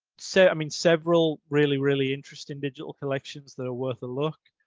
so, i mean, several really really interesting digital collections that are worth a look,